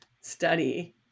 study